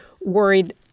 worried